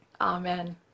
Amen